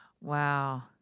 Wow